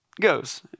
goes